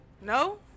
No